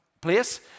place